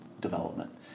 development